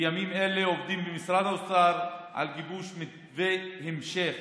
בימים אלה עובדים במשרד האוצר על גיבוש מתווה להמשך